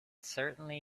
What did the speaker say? certainly